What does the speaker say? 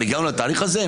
כבר הגענו לתאריך הזה,